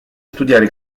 studiare